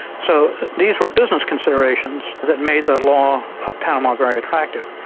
so these were business considerations that made the law of panama very attractive.